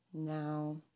Now